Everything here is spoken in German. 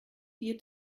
vier